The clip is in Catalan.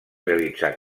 realitzar